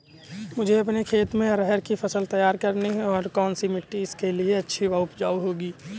मुझे अपने खेत में अरहर की फसल तैयार करनी है और कौन सी मिट्टी इसके लिए अच्छी व उपजाऊ होगी?